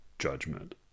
judgment